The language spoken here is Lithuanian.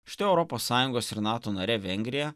štai europos sąjungos ir nato narė vengrija